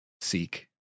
seek